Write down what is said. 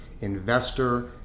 investor